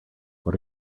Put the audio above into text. what